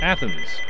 Athens